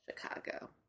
Chicago